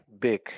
big